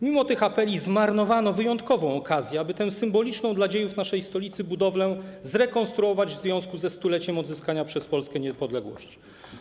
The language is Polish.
Mimo tych apeli zmarnowano wyjątkową okazję, aby tę symboliczną dla dziejów naszej stolicy budowlę zrekonstruować w związku ze 100-leciem odzyskania przez Polskę niepodległości.